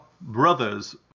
brothers